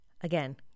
again